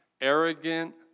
arrogant